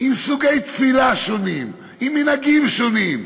עם סוגי תפילה שונים, עם מנהגים שונים,